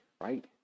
right